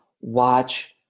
watch